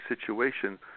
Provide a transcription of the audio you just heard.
situation